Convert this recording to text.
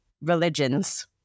religions